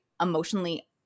emotionally